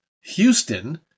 Houston